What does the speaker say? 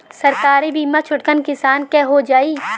सरकारी बीमा छोटकन किसान क हो जाई?